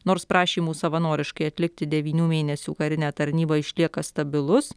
nors prašymų savanoriškai atlikti devynių mėnesių karinę tarnybą išlieka stabilus